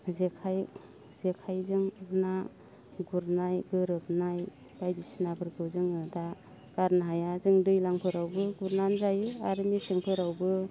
जेखाइ जेखाइजों ना गुरनाय गोरोमनाय बायदिसिनाफोरखौ जोङो दा गारनो हाया जों दैज्लांफोरावबो गुरनानै जायो आरो मेसेंफोरावबो